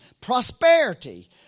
prosperity